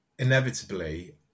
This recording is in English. inevitably